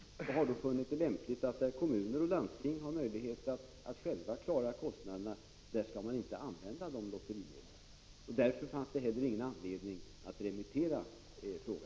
Vi har därför funnit att det är lämpligt att inte använda lotterimedlen, om kommuner och landsting har möjlighet att själva klara kostnaderna. Det har därför inte funnits någon anledning att remittera denna fråga.